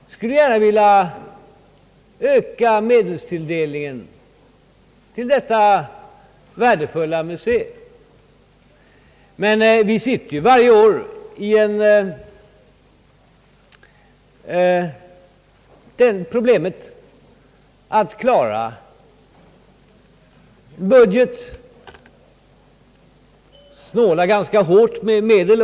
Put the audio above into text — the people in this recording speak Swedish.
Jag skulle gär na vilja öka medelstilldelningen till detta värdefulla museum. Men vi har ju varje år problemet att klara budgeten, vi måste snåla ganska hårt med medel.